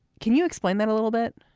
can you explain that a little bit